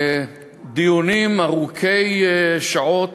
דיונים ארוכי שעות.